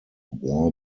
war